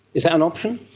is that an option?